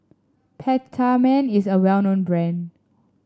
Peptamen is a well known brand